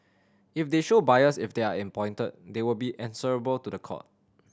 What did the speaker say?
if they show bias if they are appointed they will be answerable to the court